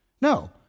No